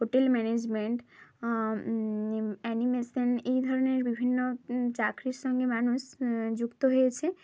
hotel management animation এই ধরনের বিভিন্ন চাকরির সঙ্গে মানুষ যুক্ত হয়েছে